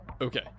Okay